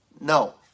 No